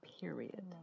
period